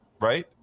right